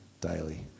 daily